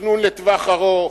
תכנון לטווח ארוך,